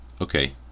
Okay